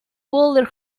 older